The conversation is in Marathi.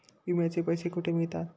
विम्याचे पैसे कुठे मिळतात?